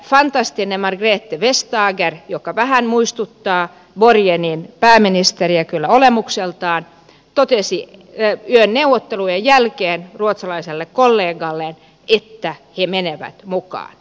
fantastinen margrethe vestager joka vähän muistuttaa borgenin pääministeriä kyllä olemukseltaan totesi yön neuvottelujen jälkeen ruotsalaiselle kollegalleen että he menevät mukaan